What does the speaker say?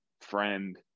friend